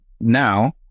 now